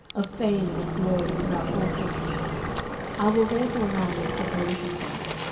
of fame and of glory throughout all countries i will therefore now make preparation for it.